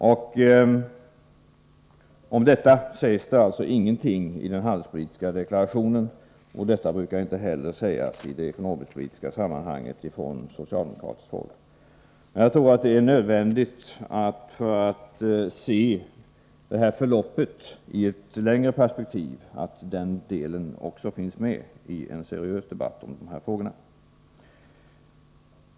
Om detta sägs det alltså ingenting i den handelspolitiska deklarationen, och det brukar inte heller sägas i det ekonomisk-politiska sammanhanget från socialdemokratiskt håll. Jag tror att det är nödvändigt för att se förloppet i ett längre perspektiv att den delen också finns med i en seriös debatt om de här frågorna.